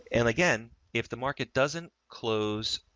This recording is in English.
and again, if the market doesn't close